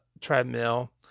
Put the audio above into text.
treadmill